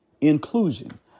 inclusion